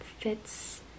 fits